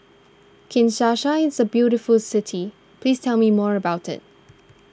Kinshasa is a very beautiful city please tell me more about it